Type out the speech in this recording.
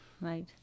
right